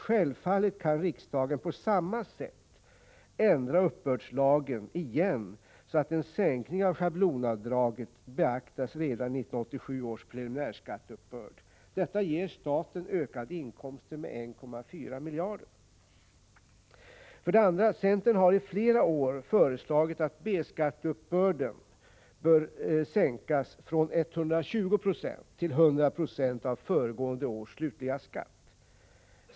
Självfallet kan riksdagen på samma sätt ändra uppbördslagen igen, så att en sänkning av schablonavdraget beaktas redan i 1987 års preliminärskatteuppbörd. Detta ger staten ökade inkomster med 1,4 miljarder. 2. Centern har i flera år föreslagit att B-skatteuppbörden bör sänkas från 120 Ze till 100 90 av föregående års slutliga skatt.